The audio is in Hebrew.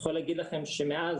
אני יכול להגיד לכם שמאז